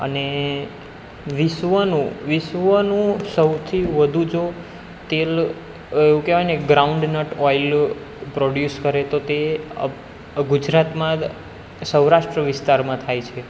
અને વિશ્વનું વિશ્વનું સૌથી વધુ જો તેલ એવું કહેવાયને ગ્રાઉન્ડનટ ઓઇલ પ્રોડ્યુસ કરે તો તે ગુજરાતમાં સૌરાષ્ટ્ર વિસ્તારમાં થાય છે